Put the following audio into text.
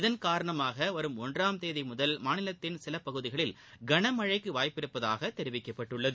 இதன் காரணமாக வரும் ஒன்றாம் தேதி முதல் மாநிலத்தின் சில பகுதிகளில் கனமழைக்கு வாய்ப்பு உள்ளதாக தெரிவிக்கப்பட்டுள்ளது